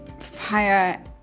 fire